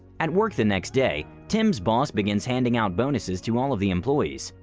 at work the next day, tim's boss begins handing out bonuses to all of the employees.